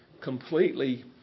completely